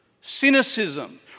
cynicism